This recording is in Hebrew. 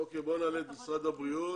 נעלה את משרד הבריאות.